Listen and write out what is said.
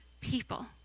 people